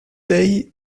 they